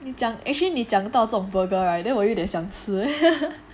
你讲 actually 你讲到这种 burger [right] then 我有点想吃